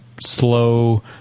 slow